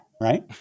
right